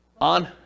On